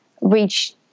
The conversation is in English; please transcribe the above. reach